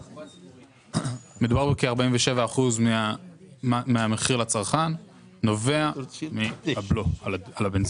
מדובר בכ-47% מהמחיר לצרכן שנובע מהבלו על הבנזין.